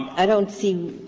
i don't see